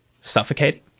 suffocating